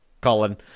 colin